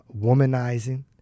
womanizing